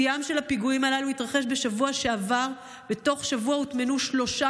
שיאם של הפיגועים הללו התרחש בשבוע שעבר: בתוך שבוע הוטמנו שלושה